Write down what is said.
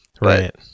Right